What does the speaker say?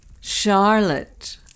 Charlotte